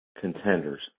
contenders